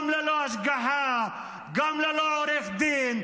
גם ללא השגחה, גם ללא עורך דין.